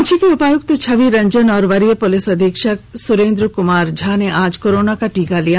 रांची के उपायुक्त छवि रंजन और वरीय पुलिस अधीक्षक सुरेंद्र कुमार झा ने आज कोरोना का टीका लिया